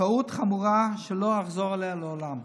טעות חמורה שלא אחזור עליה לעולם.